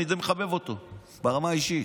אני די מחבב אותו ברמה האישית.